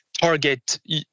target